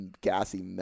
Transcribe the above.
gassy